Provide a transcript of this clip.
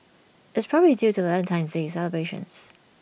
it's probably due to Valentine's day celebrations